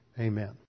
Amen